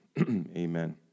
Amen